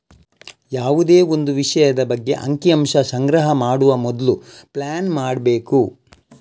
ಯಾವುದೇ ಒಂದು ವಿಷಯದ ಬಗ್ಗೆ ಅಂಕಿ ಅಂಶ ಸಂಗ್ರಹ ಮಾಡುವ ಮೊದ್ಲು ಪ್ಲಾನ್ ಮಾಡ್ಬೇಕು